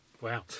Wow